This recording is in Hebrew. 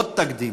עוד תקדים.